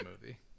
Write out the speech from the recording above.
movie